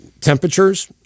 temperatures